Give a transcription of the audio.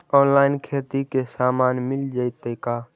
Online खेती के सामान मिल जैतै का?